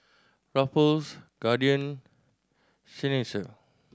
Ruffles Guardian Seinheiser